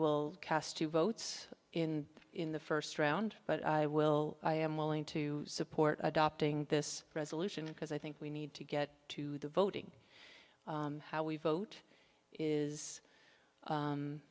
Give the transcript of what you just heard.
will cast two votes in the first round but i will i am willing to support adopting this resolution because i think we need to get to the voting how we vote is